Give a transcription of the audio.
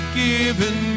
given